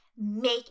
make